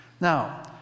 Now